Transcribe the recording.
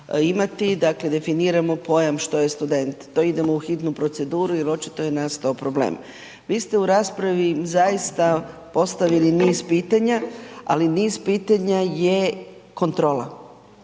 dakle definiramo pojam što je student. To idemo u hitnu proceduru jer očito je nastao problem. Vi ste u raspravi zaista postavili niz pitanja, ali niz pitanja je kontrola.